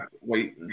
wait